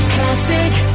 Classic